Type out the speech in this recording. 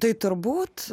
tai turbūt